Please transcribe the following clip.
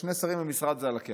שני שרים במשרד זה עלא כיפאק,